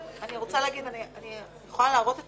את מדברת על --- אני יכולה להראות את